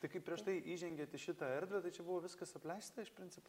tai kai prieš tai įžengėnt į šią erdvę tai čia buvo viskas apleista iš principo